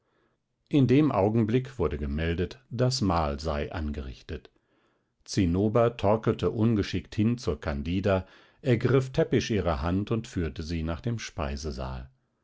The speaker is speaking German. in dem augenblick wurde gemeldet das mahl sei angerichtet zinnober torkelte ungeschickt hin zur candida ergriff täppisch ihre hand und führte sie nach dem speisesaal